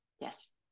Yes